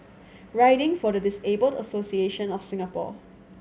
Riding for the Disabled Association of Singapore